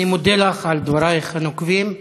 אני מודה לך על דבריך הנוקבים.